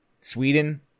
Sweden